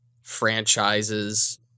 franchises